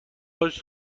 آخه